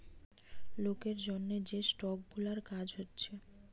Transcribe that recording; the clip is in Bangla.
লোকের জন্যে যে স্টক গুলার কাজ হচ্ছে